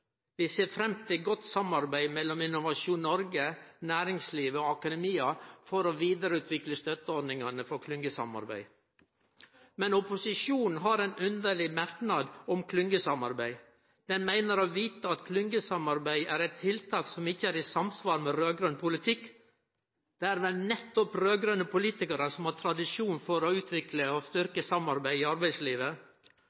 Vi ser fram til godt samarbeid mellom Innovasjon Noreg, næringsliv og akademia for å vidareutvikle støtteordningane for klyngjesamarbeid. Men opposisjonen har ein underleg merknad om klyngjesamarbeid. Dei meiner å vite at klyngjesamarbeid er eit tiltak som ikkje er i samsvar med raud-grøn politikk. Det er vel nettopp raud-grøne politikarar som har tradisjon for å utvikle og